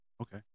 Okay